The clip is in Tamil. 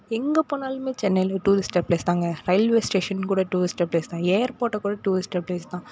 எங்கே போனாலுமே சென்னையில் டூரிஸ்ட்டர் பிளேஸ் தாங்க ரயில்வே ஸ்டேஷன் கூட டூரிஸ்ட்டர் பிளேஸ் தான் ஏர்போர்ட்டை கூட டூரிஸ்ட்டர் ப்ளேஸ் தான்